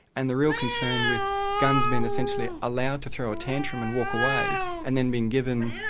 and the real concern with gunns being essentially allowed to throw a tantrum and walk away and then being given.